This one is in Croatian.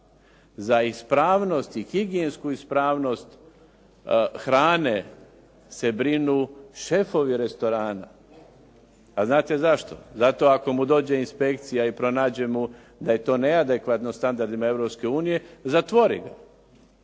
Za ispravnost i higijensku ispravnost hrane se brinu šefovi restorana, a znate zašto? Zato ako mu dođe i inspekcija i pronađe mu da je to neadekvatno standardima Europske